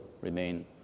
remain